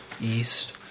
east